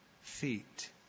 feet